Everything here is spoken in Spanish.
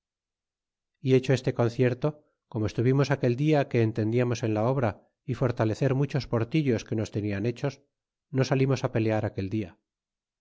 y hecho este concierto como estuvimos aquel dia que entendiamos en la obra y fortalecer muchos portillos que nos tenian hechos no salimos á pelear aquel dia